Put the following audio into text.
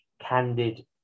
candid